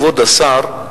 כבוד השר,